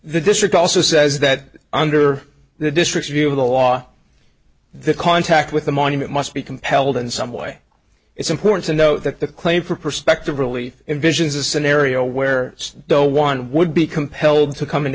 the district also says that under the district's view of the law the contact with the monument must be compelled in some way it's important to know that the claim for perspective really envisions a scenario where no one would be compelled to come into